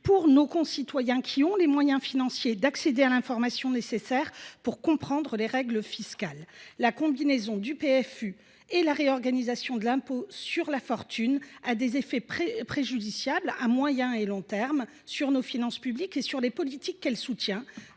de nos concitoyens qui ont les moyens financiers d’accéder à l’information nécessaire pour comprendre les règles fiscales. La combinaison du PFU et la réorganisation de l’impôt de solidarité sur la fortune ont des effets préjudiciables à moyen et à long terme sur nos finances publiques et sur les politiques qu’elles soutiennent.